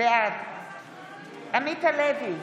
בעד עמית הלוי,